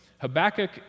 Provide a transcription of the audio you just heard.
Habakkuk